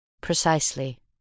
Precisely